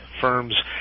firms